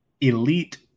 elite